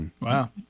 Wow